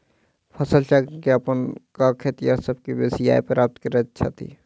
फसल चक्र के अपना क खेतिहर सभ बेसी आय प्राप्त करैत छथि